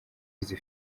izi